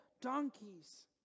donkeys